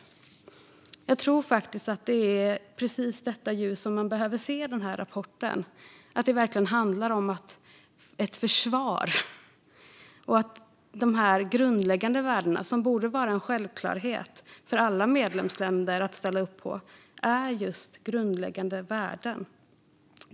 Jag tror faktiskt att det är i precis detta ljus man behöver se den här rapporten: att det verkligen handlar om ett försvar. Dessa grundläggande värden, som det borde vara en självklarhet för alla medlemsländer att ställa upp på, är just grundläggande värden.